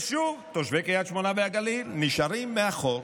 שוב תושבי קריית שמונה והגליל נשארים מאחור.